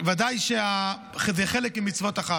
ודאי שזה חלק ממצוות החג.